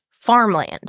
farmland